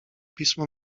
pismo